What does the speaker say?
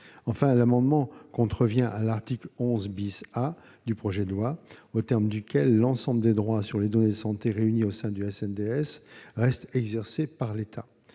Enfin, l'amendement contrevient à l'article 11 A du projet de loi, aux termes duquel l'ensemble des droits sur les données de santé réunies au sein du SNDS restent exercés par l'État.